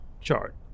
chart